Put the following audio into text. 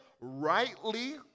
rightly